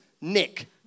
Nick